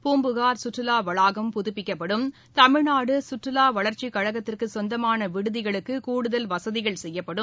பூம்புகார் சுற்றுலாவளாகம் புதபிக்கப்படும் தமிழ்நாடுகற்றுலாவளர்ச்சிகழகத்திற்குசொந்தமானவிடுதிகளுக்குகூடுதல் வசதிகள் செய்யப்படும்